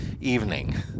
Evening